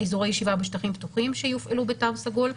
אזורי ישיבה בשטחים פתוחים שיופעלו בתו סגול,